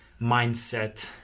mindset